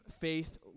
faith